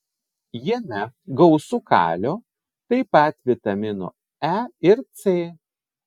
jame gausu kalio taip pat vitaminų e ir c